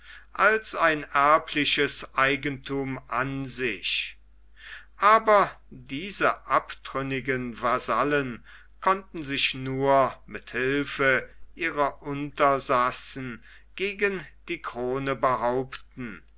als ein erbliches eigenthum an sich aber diese abtrünnigen vasallen konnten sich nur mit hilfe ihrer untersassen gegen die krone behaupten